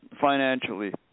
financially